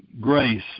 grace